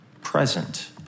present